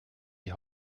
die